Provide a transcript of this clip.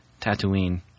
Tatooine